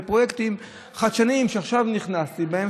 בפרויקטים חדשניים שעכשיו נכנסתי בהם.